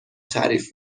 تعریف